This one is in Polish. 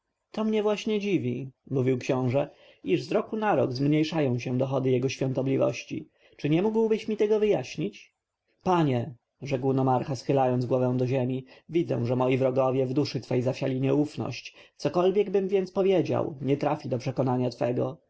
to mnie właśnie dziwi mówił książę iż z roku na rok zmniejszają się dochody jego świątobliwości czy nie mógłbyś mi tego wyjaśnić panie rzekł nomarcha schylając głowę do ziemi widzę że moi wrogowie w duszy twej zasieli nieufność cokolwiekbym więc powiedział nie trafi do przekonania twego